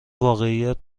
واقعیت